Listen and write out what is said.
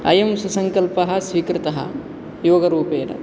अयं सुसङ्कल्पः स्वीकृतः योगरूपेण